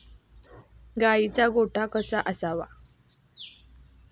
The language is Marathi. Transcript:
गाईचा गोठा कसा असावा?